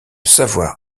savoir